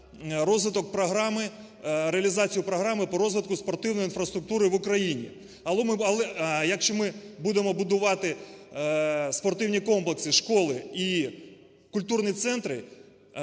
реалізацію програми по розвитку спортивної інфраструктури в Україні. Але… якщо ми будемо будувати спортивні комплекси, школи і культурні центри,